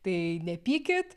tai nepykit